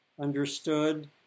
understood